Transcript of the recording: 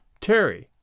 Terry